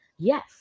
Yes